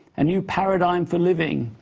a new paradigm for living.